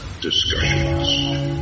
Discussions